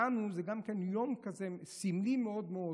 לנו זה גם כן יום כזה סמלי מאוד מאוד,